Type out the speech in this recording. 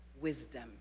wisdom